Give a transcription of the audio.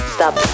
Stop